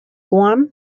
guam